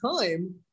time